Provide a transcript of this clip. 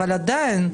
אבל עדיין,